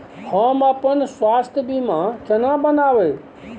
हम अपन स्वास्थ बीमा केना बनाबै?